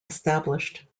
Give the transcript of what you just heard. established